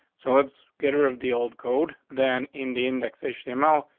so let's get her of the old code than in the indexation. yeah mel,